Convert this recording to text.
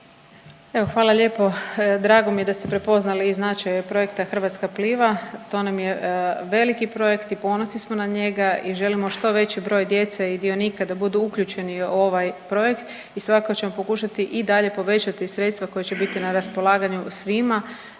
hvala lijepo. Drago mi je da ste prepoznali značaj projekta Hrvatska pliva, to nam je veliki projekt i ponosni smo na njega i želimo što veći broj djece i dionika da budu uključeni u ovaj projekt i svakako ćemo pokušati i dalje povećati sredstva koja će biti na raspolaganju svima